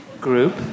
Group